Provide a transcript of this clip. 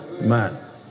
Man